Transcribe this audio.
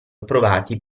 approvati